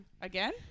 Again